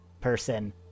person